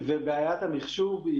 בעיית המחשוב,